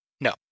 no